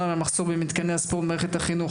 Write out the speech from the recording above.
מהמחסור במתקני הספורט במערכת החינוך,